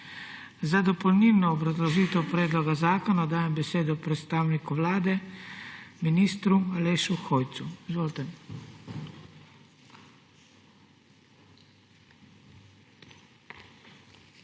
Za dopolnilno obrazložitev predloga zakona dajem besedo predstavniku Vlade ministru Alešu Hojsu. Izvolite.